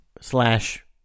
Slash